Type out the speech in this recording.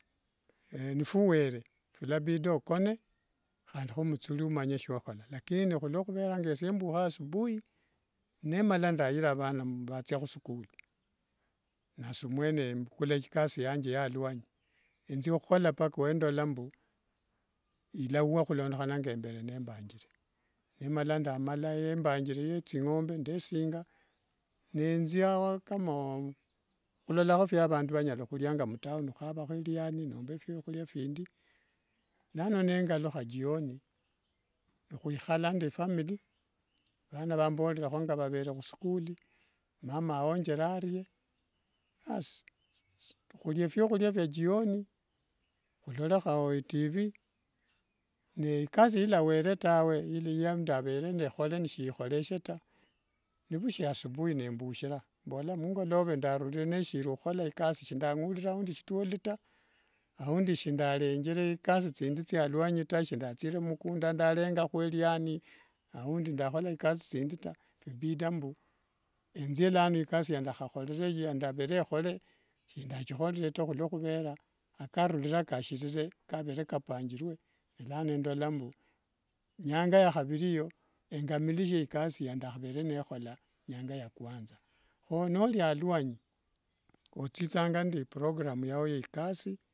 nifuwere philabida okone, handi ho muthuli omanye shiohola lakini khuluokhuvera ngesie mbukhanga isubui nimala ndaira vana vathia musukuli nasi mwene mbukula ekasi yange yalwanyi. Ethio khuhola mbaka wendola mbu yalawa khulondekhana ngamba nembanjire. Nemala ndama yambanjire yenthingombe ndesinga nethia kama khulola fwavandu vhalia ngamtown khuhavaho liani nomba fwahulia phindi. Nano nengalukha jioni, nihwekhala nde ifamily vana vamborerekho nga vehale husukuli, mama awothere arie asi. khulia fwahulia fya jioni khulolekho itiv nekasi niyalawere taa iliya yalavere khole na sindakholere taa nivushia asubuhi nembola mbu mungolove ndarurire nishiri khukhola ikasi. Shindangulile aundi shitioli taa, aundi shindarenjere ikasi thindi thia mulwanyi taa. Shindathire mmukunda ndalengaho eliani aundi ndakhola thikasi thindi taa phibida mbu ethie lano ikasi yindakhakholere shindachikhorere taa ohuluokhuvera akarure karure kashira kavere ni kapangurue. Neleno ndola mbu nyanga yakha haviri eyo engamilishie ikasi yandakhavere nikhola nyangavya kwanza. Kho nolia aluanyi othithanga nende iprogram yao yikasi.